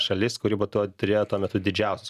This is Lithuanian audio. šalis kuri po to turėjo tuo metu didžiausias